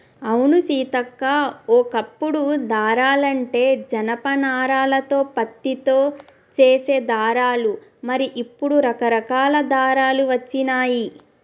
అవును సీతక్క ఓ కప్పుడు దారాలంటే జనప నారాలతో పత్తితో చేసే దారాలు మరి ఇప్పుడు రకరకాల దారాలు వచ్చినాయి